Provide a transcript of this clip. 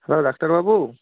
hello ডাক্তারবাবু